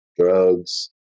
drugs